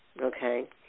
okay